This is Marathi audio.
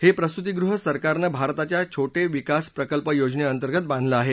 हे प्रसुतीगृह सरकारनं भारताच्या छोटे विकास प्रकल्प योजने अंतर्गत बांधलं आहे